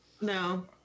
No